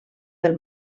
del